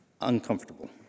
uncomfortable